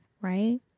right